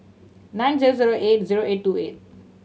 nine zero zero eight zero eight two eight